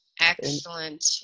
Excellent